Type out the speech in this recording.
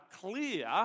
clear